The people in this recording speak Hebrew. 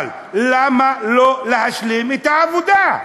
אבל למה לא להשלים את העבודה?